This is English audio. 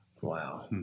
Wow